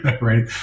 right